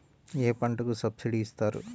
ఏ పంటకు సబ్సిడీ ఇస్తారు?